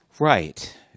right